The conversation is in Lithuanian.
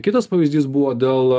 kitas pavyzdys buvo dėl